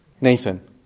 Nathan